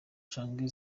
canke